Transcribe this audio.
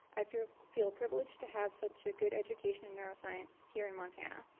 i feel feel privileged to have such a good education in neuroscience here in montana.